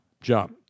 Jump